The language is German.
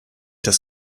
das